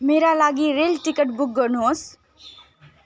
मेरा लागि rail ticket book गर्नुहोस्